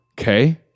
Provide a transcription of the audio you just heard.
okay